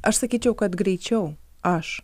aš sakyčiau kad greičiau aš